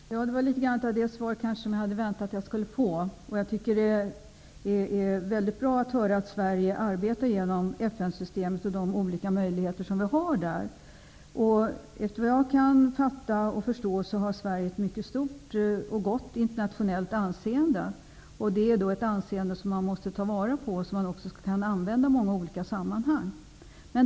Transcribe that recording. Fru talman! Det var litet grand av det svar som jag hade väntat att jag skulle få. Jag tycker att det är mycket bra att höra att Sverige arbetar genom FN systemet och de olika möjligheter som vi har där. Efter vad jag kan förstå har Sverige ett mycket stort och gott internationellt anseende. Det är ett anseende som man måste ta vara på och som man även kan använda i många olika sammanhang.